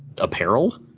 apparel